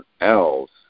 else